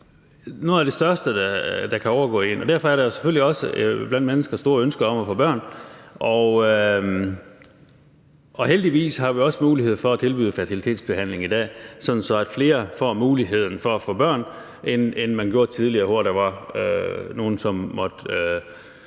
det er jo noget af det største, der kan overgå en. Derfor er der selvfølgelig også blandt mennesker et stort ønske om at få børn, og heldigvis har vi også mulighed for at tilbyde fertilitetsbehandling i dag, sådan at flere får muligheden for at få børn end tidligere, hvor der var nogle, som måtte